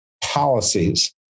policies